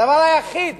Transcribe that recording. הדבר היחיד